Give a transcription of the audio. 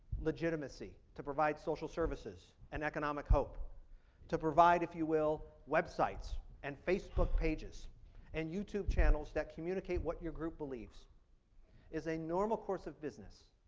legitimacy to provide social services and economic hope to provide if you will, websites and facebook pages and youtube channels that communicate what your group believes is a normal course of business.